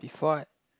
if what